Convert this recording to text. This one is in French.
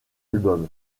album